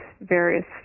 various